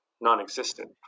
non-existent